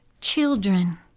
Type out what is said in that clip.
Children